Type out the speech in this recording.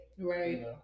right